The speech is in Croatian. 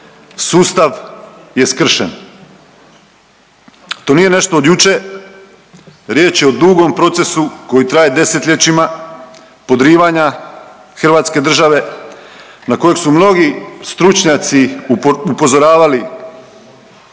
Sustav je skršen. To nije nešto od jučer riječ je o dugom procesu koji traje desetljećima podrivanja Hrvatske države na kojeg su mnogi stručnjaci upozoravali